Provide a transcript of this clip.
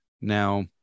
Now